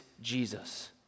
Jesus